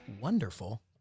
wonderful